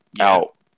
out